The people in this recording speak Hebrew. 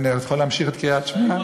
אני יכול להמשיך את קריאת שמע.